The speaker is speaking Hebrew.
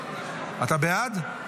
אתה בעד?